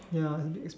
ya